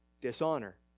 Dishonor